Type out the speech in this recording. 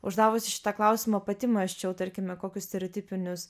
uždavusi šitą klausimą pati mąsčiau tarkime kokius stereotipinius